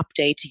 updating